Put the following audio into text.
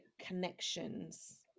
connections